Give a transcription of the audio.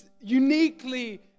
uniquely